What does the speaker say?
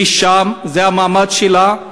היא שם, זה המעמד שלה.